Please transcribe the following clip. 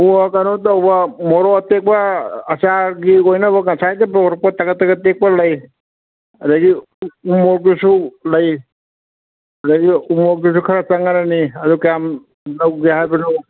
ꯑꯣ ꯀꯩꯅꯣ ꯇꯧꯕ ꯃꯣꯔꯣꯛ ꯑꯇꯦꯛꯄ ꯑꯆꯥꯔꯒꯤ ꯑꯣꯏꯅꯕ ꯉꯁꯥꯏꯗ ꯄꯣꯔꯛꯄ ꯇꯒꯠ ꯇꯒꯠ ꯇꯦꯛꯄ ꯂꯩ ꯑꯗꯒꯤ ꯎꯃꯣꯔꯣꯛꯇꯨꯁꯨ ꯂꯩ ꯑꯗꯒꯤ ꯎꯃꯣꯔꯣꯛꯇꯨꯁꯨ ꯈꯔ ꯆꯪꯉꯔꯅꯤ ꯑꯗꯨ ꯀꯌꯥꯝ ꯂꯧꯒꯦ ꯍꯥꯏꯕꯅꯣ